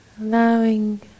allowing